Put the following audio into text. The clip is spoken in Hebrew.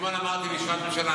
אתמול אמרתי בישיבת הממשלה,